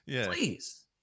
Please